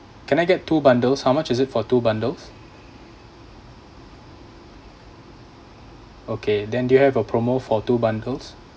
can I get two bundles how much is it for two bundles okay then do you have a promo for two bundles